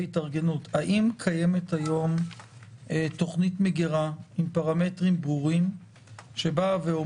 התארגנות האם קיימת היום תוכנית מגירה עם פרמטרים ברורים שאומרת: